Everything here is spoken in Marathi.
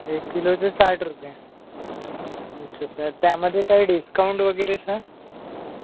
एक किलोचं साठ रुपये ओके सर त्यामध्ये काय डिस्काऊंट वगैरे सर